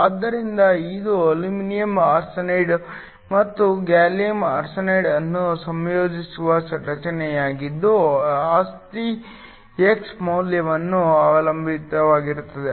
ಆದ್ದರಿಂದ ಇದು aluminium arsenide ಮತ್ತು ಗ್ಯಾಲಿಯಂ ಆರ್ಸೆನೈಡ್ ಅನ್ನು ಸಂಯೋಜಿಸುವ ರಚನೆಯಾಗಿದ್ದು ಆಸ್ತಿ x ಮೌಲ್ಯವನ್ನು ಅವಲಂಬಿಸಿರುತ್ತದೆ